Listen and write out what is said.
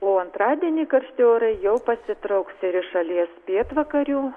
o antradienį karšti orai jau pasitrauks ir iš šalies pietvakarių